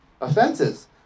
Offenses